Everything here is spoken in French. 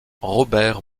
robert